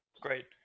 Great